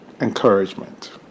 encouragement